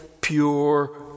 pure